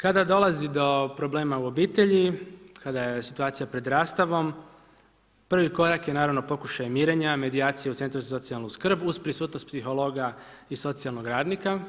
Kada dolazi do problema u obitelji, kada je situacija pred rastavom, prvi korak je naravno pokušaj mirenja, medijacija u centru za socijalnu skrb uz prisutnost psihologa i socijalnog radnika.